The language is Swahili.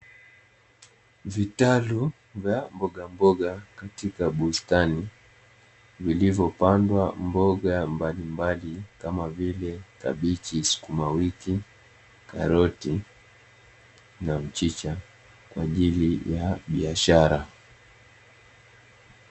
Vitalu vya mbogamboga katika bustani, vilivyopandwa mboga mbalimbali kama vile kibichi, sukumawiki, karoti na mchicha kwaajili ya biashara.